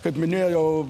kaip minėjau